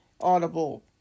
Audible